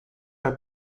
are